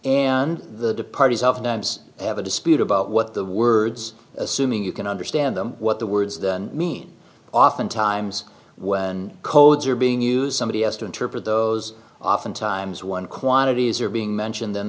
and the departed's often times have a dispute about what the words assuming you can understand them what the words then mean often times when codes are being used somebody has to interpret those often times one quantities are being mentioned then